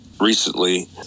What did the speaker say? recently